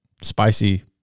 spicy